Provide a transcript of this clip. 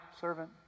servant